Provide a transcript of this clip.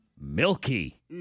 Milky